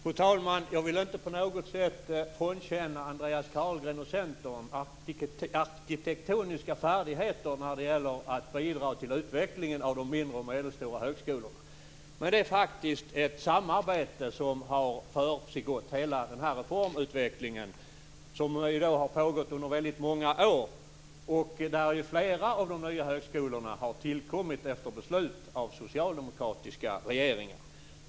Fru talman! Jag vill inte på något sätt frånkänna Andreas Carlgren och Centern arkitektoniska färdigheter när det gäller att bidra till utvecklingen av de mindre och medelstora högskolorna. Men det har faktiskt försiggått ett samarbete under hela den här reformutvecklingen. Det har pågått under väldigt många år. Flera av de nya högskolorna har tillkommit efter beslut av socialdemokratiska regeringar.